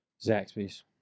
Zaxby's